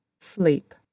Sleep